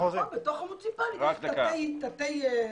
נכון, בתוך המוניציפלית יש תתי חלופות.